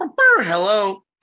Hello